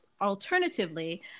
Alternatively